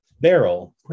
Barrel